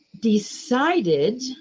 decided